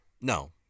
no